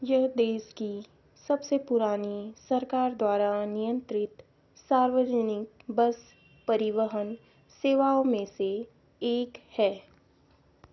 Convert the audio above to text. यह देश की सबसे पुरानी सरकार द्वारा नियंत्रित सार्वजनिक बस परिवहन सेवाओं में से एक है